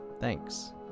Thanks